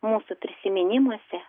mūsų prisiminimuose